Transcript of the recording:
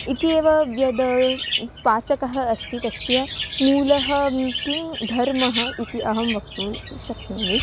इत्येव यद् पाचकः अस्ति तस्य मूलं किं धर्मः इति अहं वक्तुं शक्नोमि